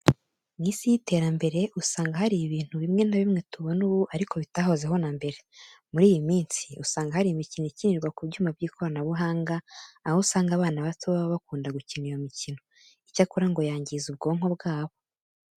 Mu Isi y'iterambere usanga hari ibintu bimwe na bimwe tubona ubu ariko bitahozeho na mbere. Muri iyi minsi usanga hari imikino ikinirwa ku byuma by'ikoranabuhanga, aho usanga abana bato baba bakunda gukina iyo mikino, icyakora ngo yangiza ubwonko bwabo.